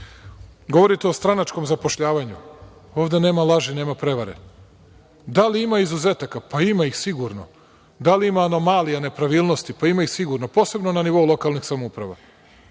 o stranačkom zapošljavanju, ovde nema laži, nema prevare. Da li ima izuzetaka, ima ih sigurno. Da li ima anomalija, nepravilnosti, ima ih sigurno, posebno na nivou lokalnih samouprava.